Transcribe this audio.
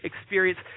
experience